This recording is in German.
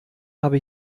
habe